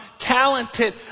talented